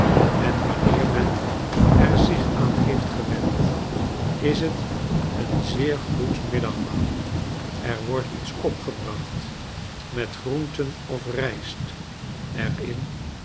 en wanneer men er zich aan heeft gewend is het een zeer goed middagmaal er wordt iets opgebracht met groenten of rijst er